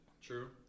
True